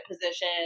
position